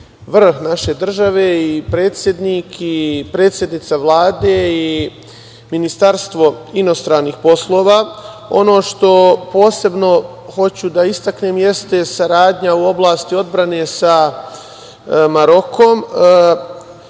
vrh naše države i predsednik i predsednica Vlade i Ministarstvo inostranih poslova. Ono što posebno hoću da istaknem jeste saradnja u oblasti odbrane sa Marokom. Naša